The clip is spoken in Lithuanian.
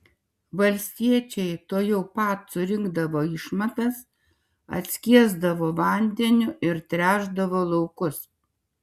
valstiečiai tuojau pat surinkdavo išmatas atskiesdavo vandeniu ir tręšdavo laukus